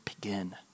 begin